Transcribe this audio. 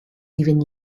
even